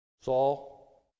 Saul